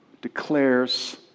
declares